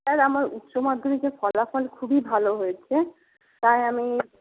sir আমার উচ্চমাধ্যমিকের ফলাফল খুবই ভালো হয়েছে তাই আমি